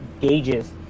gauges